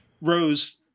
Rose